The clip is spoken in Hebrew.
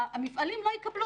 המפעלים לא יקבלו.